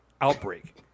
Outbreak